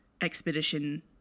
expedition